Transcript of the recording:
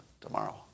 tomorrow